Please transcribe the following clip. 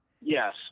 yes